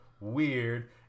weird